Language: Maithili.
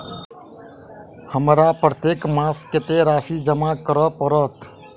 हमरा प्रत्येक मास कत्तेक राशि जमा करऽ पड़त?